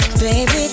baby